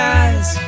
eyes